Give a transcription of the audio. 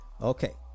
okay